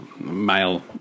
male